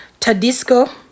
Tadisco